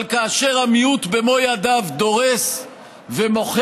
אבל כאשר המיעוט במו ידיו דורס ומוחק